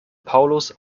paulus